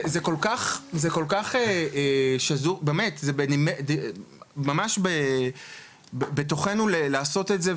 זה כל כך שזור באמת ממש בתוכנו לעשות את זה,